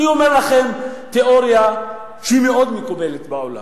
אני מפנה את תשומת לבכם לתיאוריה שהיא מאוד מקובלת כיום בעולם,